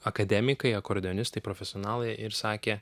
akademikai akordeonistai profesionalai ir sakė